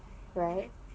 right